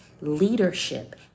leadership